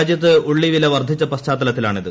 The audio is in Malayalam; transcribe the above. രാജ്യത്ത് ഉള്ളി വില വർദ്ധിച്ചു പശ്ചാത്തലത്തിലാണിത്